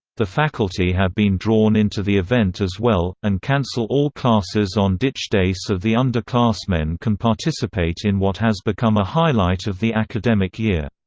the faculty have been drawn into the event as well, and cancel all classes on ditch day so the underclassmen can participate in what has become a highlight of the academic year.